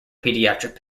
pediatric